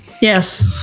Yes